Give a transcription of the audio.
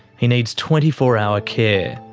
he needs twenty four hour care.